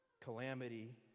Calamity